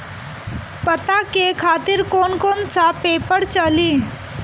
पता के खातिर कौन कौन सा पेपर चली?